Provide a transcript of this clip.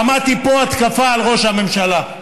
שמעתי פה התקפה על ראש הממשלה,